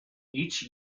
each